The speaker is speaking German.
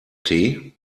tee